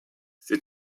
ses